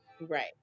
Right